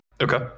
okay